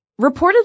reportedly